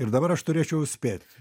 ir dabar aš turėčiau spėt